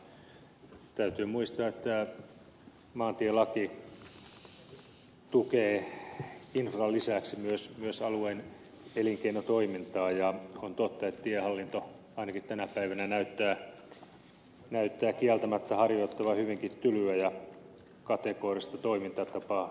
täytyy muistaa että maantielaki tukee infran lisäksi myös alueen elinkeinotoimintaa ja on totta että tiehallinto ainakin tänä päivänä näyttää kieltämättä harjoittavan hyvinkin tylyä ja kategorista toimintatapaa tienvarsiopastuksen osalta